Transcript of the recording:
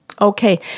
Okay